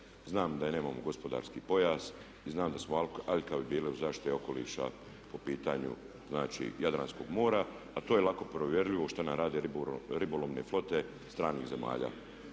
znam da nemamo gospodarski pojas i znam da smo aljkavi bili u zaštiti okoliša po pitanju znači Jadranskog mora a to je lako provjerljivo šta nam rade ribolovne flote stranih zemalja,